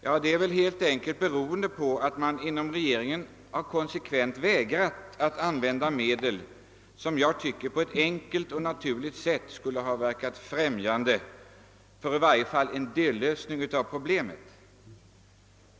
Ja, det har väl berott på att man inom regeringen konsekvent har vägrat att använda medel som jag tycker på ett enkelt och naturligt sätt skulle ha främjat i varje fall en dellösning av problemet.